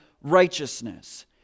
righteousness